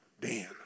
Dan